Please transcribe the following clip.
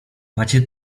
macie